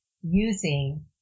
using